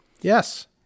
Yes